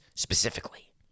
specifically